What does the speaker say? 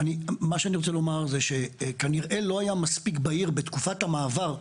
אני רוצה לומר שכנראה לא היה מספיק בהיר בתקופת המעבר,